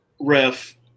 ref